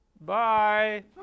Bye